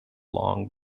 long